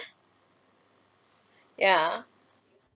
yeah